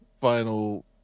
final